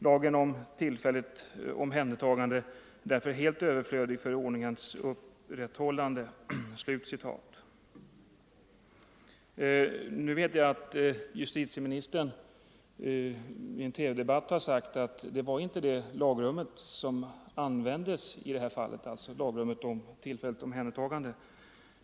Lagen om tillfälligt omhändertagande är därför helt överflödig för ordningens upprätthållande.” Justitieministern har i en TV-debatt sagt att det inte var lagen om Nr 130 tillfälligt omhändertagande som användes på företaget i Skåne.